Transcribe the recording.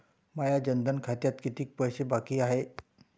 माया जनधन खात्यात कितीक पैसे बाकी हाय?